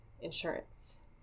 insurance